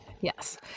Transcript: Yes